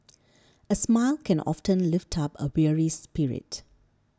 a smile can often lift up a weary spirit